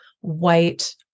white